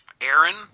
Aaron